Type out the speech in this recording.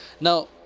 Now